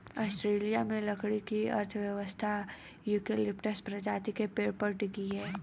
Australia में लकड़ी की अर्थव्यवस्था यूकेलिप्टस प्रजाति के पेड़ पर टिकी है